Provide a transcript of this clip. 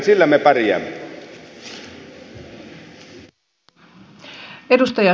sillä me pärjäämme